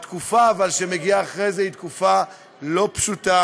אבל התקופה שמגיעה אחרי זה היא תקופה לא פשוטה,